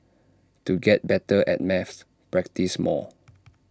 to get better at maths practise more